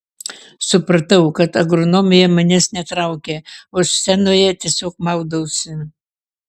supratau kad agronomija manęs netraukia o scenoje tiesiog maudausi